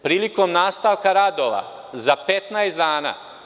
Prilikom nastavka radova, za 15 dana.